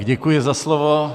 Děkuji za slovo.